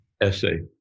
essay